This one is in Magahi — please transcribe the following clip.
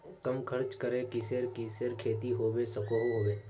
कम खर्च करे किसेर किसेर खेती होबे सकोहो होबे?